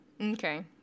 Okay